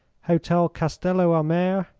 hotel castello-a-mare,